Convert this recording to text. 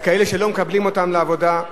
כאלה שלא מקבלים אותם לעבודה?